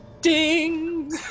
ding